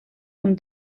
und